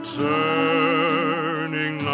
turning